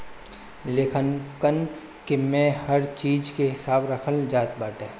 लेखांकन में हर चीज के हिसाब रखल जात बाटे